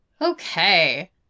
Okay